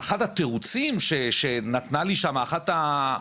אחד התירוצים שנתנה לי שם אחת הפסיכולוגיות,